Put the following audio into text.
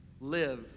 live